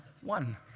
one